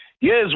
Yes